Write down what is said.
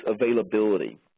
availability